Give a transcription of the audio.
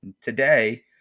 Today